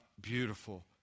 beautiful